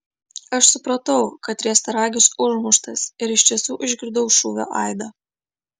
aš supratau kad riestaragis užmuštas ir iš tiesų išgirdau šūvio aidą